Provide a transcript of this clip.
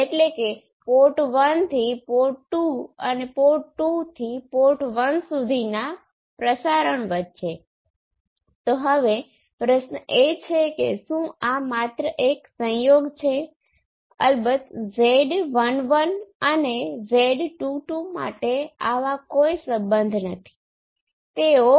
હવે મને સર્કિટ કરતી વખતે તમે આ બે વાયરનું અદલા બદલી કરો છો